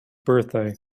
birthday